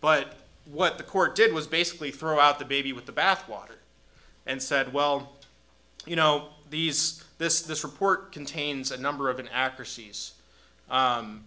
but what the court did was basically throw out the baby with the bathwater and said well you know these this this report contains a number of an act